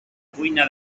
cuina